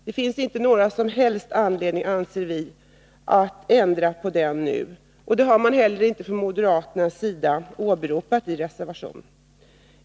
Moderaterna har inte heller åberopat några sådana omständigheter i reservationen.